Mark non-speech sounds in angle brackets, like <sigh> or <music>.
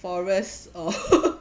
forest or <laughs>